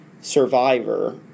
survivor